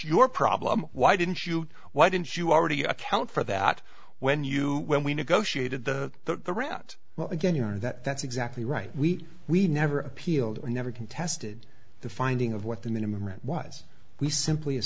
your problem why didn't you why didn't you already account for that when you when we negotiated the the rat well again you know that that's exactly right we we never appealed and never contested the finding of what the minimum rent was we simply as